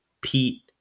Pete